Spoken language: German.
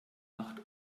macht